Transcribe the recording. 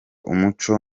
umuco